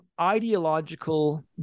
ideological